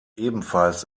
ebenfalls